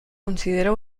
considera